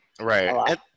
right